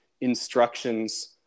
instructions